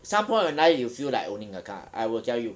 some point in life you feel like owning a car I will tell you